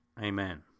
Amen